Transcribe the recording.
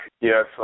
Yes